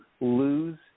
lose